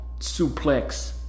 suplex